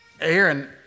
Aaron